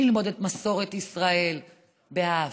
ללמוד את מסורת ישראל באהבה.